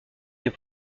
est